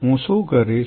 હું શું કરીશ